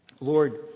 Lord